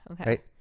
Okay